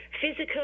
physical